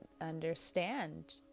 understand